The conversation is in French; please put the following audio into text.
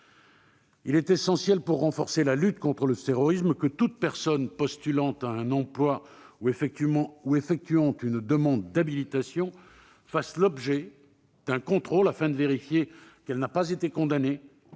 Il est essentiel, pour renforcer la lutte contre le terrorisme, que toute personne postulant à un emploi ou effectuant une demande d'habilitation fasse l'objet d'un contrôle afin de vérifier qu'elle n'a pas été condamnée